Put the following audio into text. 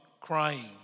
crying